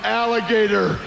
alligator